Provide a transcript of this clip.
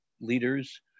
leaders